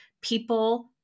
people